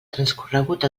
transcorregut